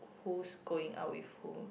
who's going out with whom